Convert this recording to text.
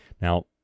Now